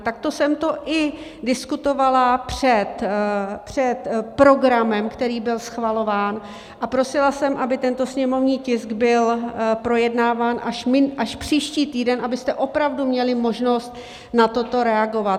Takto jsem to i diskutovala před programem, který byl schvalován, a prosila jsem, aby tento sněmovní tisk byl projednáván až příští týden, abyste opravdu měli možnost na toto reagovat.